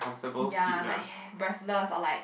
ya like breathless or like